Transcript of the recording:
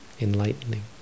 enlightening